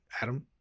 Adam